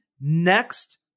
next